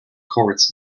courts